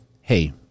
hey